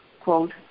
quote